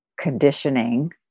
conditioning